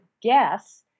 guess